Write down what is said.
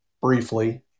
briefly